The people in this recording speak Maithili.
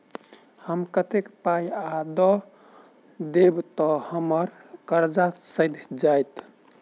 हम कतेक पाई आ दऽ देब तऽ हम्मर सब कर्जा सैध जाइत?